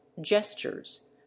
gestures